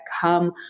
come